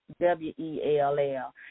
W-E-L-L